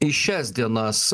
į šias dienas